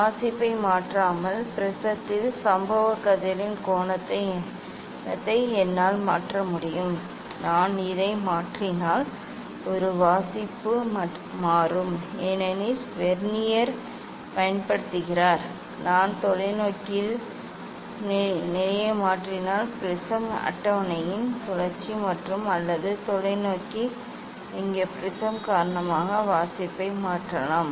வாசிப்பை மாற்றாமல் ப்ரிஸத்தில் சம்பவக் கதிரின் கோணத்தை என்னால் மாற்ற முடியும் நான் இதை மாற்றினால் ஒரு வாசிப்பு மாறும் ஏனெனில் வெர்னியர் பயன்படுத்துகிறார் நான் தொலைநோக்கியின் நிலையை மாற்றினால் ப்ரிஸம் அட்டவணையின் சுழற்சி மற்றும் அல்லது தொலைநோக்கி இங்கே ப்ரிஸம் காரணமாக வாசிப்பை மாற்றலாம்